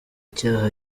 cyaha